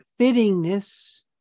fittingness